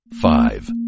Five